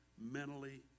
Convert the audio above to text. mentally